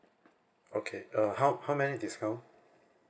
okay uh how how many discount